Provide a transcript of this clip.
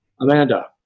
Amanda